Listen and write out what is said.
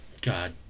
God